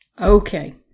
okay